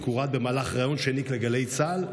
הורד במהלך ריאיון שהעניק לגלי צה"ל?